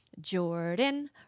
Jordan